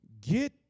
Get